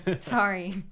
Sorry